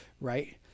Right